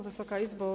Wysoka Izbo!